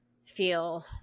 feel